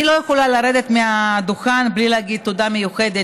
אני לא יכלה לרדת מהדוכן בלי להגיד תודה מיוחדת